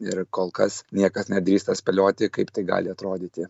ir kol kas niekas nedrįsta spėlioti kaip tai gali atrodyti